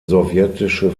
sowjetische